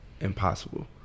impossible